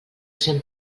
cent